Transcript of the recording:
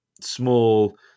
small